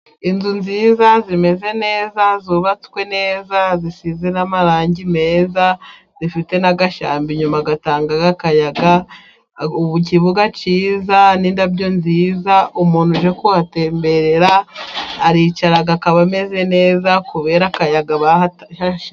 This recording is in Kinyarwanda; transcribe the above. Inzu nziza, zimeze neza, zubatswe neza, zisize n'amarangi meza, zifite n'agashyamba inyuma gatanga akayaga, ikibuga kiza, n'indabyo nziza, umuntu uje kuhatemberera, aricara akaba ameze neza kubera akayaga.